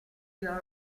your